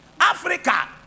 africa